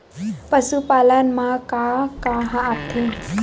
पशुपालन मा का का आथे?